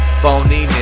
phony